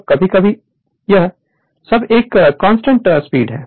तो कभी कभी यह सब एक कांस्टेंट स्पीड है